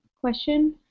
question